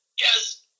Yes